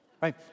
right